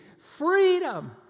Freedom